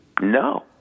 No